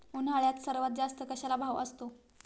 उन्हाळ्यात सर्वात जास्त कशाला भाव असतो?